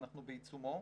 אנחנו בעיצומו.